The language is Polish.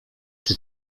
czy